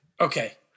Okay